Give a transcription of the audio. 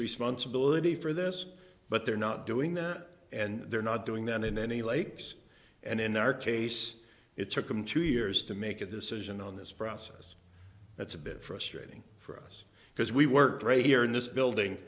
responsibility for this but they're not doing that and they're not doing that in any lakes and in our case it took them two years to make a decision on this process that's a bit frustrating for us because we were right here in this building